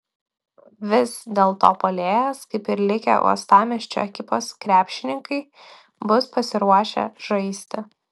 vis dėlto puolėjas kaip ir likę uostamiesčio ekipos krepšininkai bus pasiruošę žaisti